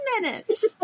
minutes